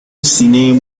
سینه